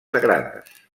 sagrades